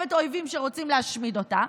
מוקפת אויבים שרוצים להשמיד אותה,